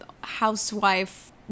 housewife